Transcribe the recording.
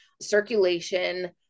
Circulation